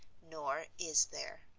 nor is there.